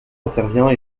intervient